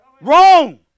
Wrong